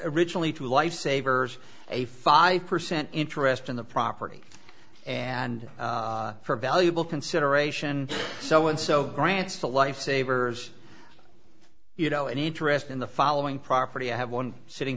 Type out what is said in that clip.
originally to life savers a five percent interest in the property and for valuable consideration so and so grants the lifesavers you know an interest in the following property i have one sitting